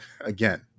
again